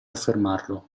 affermarlo